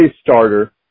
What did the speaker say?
starter